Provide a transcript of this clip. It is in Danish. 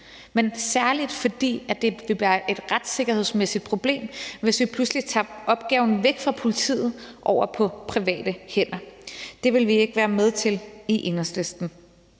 men særlig ikke, fordi det vil være et retssikkerhedsmæssigt problem, hvis vi pludselig tager opgaven væk fra politiet og lægger den over på private hænder. Det vil vi ikke være med til i Enhedslisten,